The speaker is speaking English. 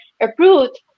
approved